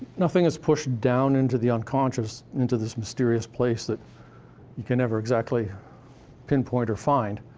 nothing is pushed down into the unconscious, into this mysterious place that you can never exactly pinpoint or find.